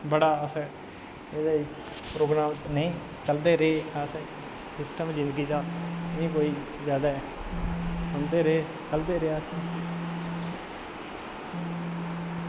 बड़ा अस एह्दे ई प्रोग्राम न चलदे रेह् अस सिस्टम एह् कोई जादै सुनदे रेह् चलदे रेह्